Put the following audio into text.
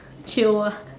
chill ah